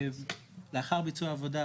לאחר ביצוע העבודה,